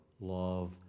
Love